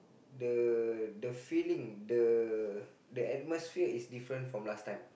the the feeling the the atmosphere is different from last time